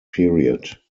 period